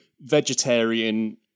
vegetarian